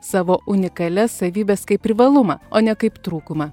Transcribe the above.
savo unikalias savybes kaip privalumą o ne kaip trūkumą